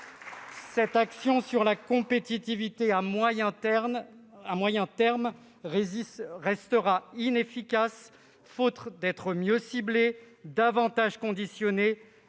cette action sur la compétitivité à moyen terme restera inefficace faute d'être mieux ciblée et davantage conditionnée,